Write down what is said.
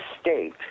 state